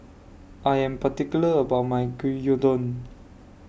I Am particular about My Gyudon